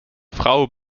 frau